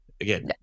Again